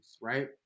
right